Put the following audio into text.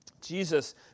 Jesus